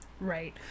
Right